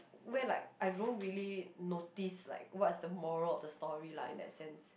where like I don't really notice like what's the moral of the story lah in that sense